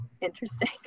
interesting